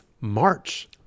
March